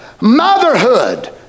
motherhood